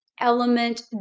element